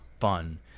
fun